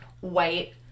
white